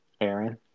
Aaron